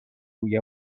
روی